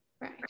Right